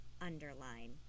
underline